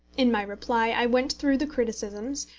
in my reply, i went through the criticisms,